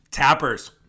Tappers